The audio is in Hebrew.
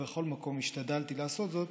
ובכל מקום השתדלתי לעשות זאת: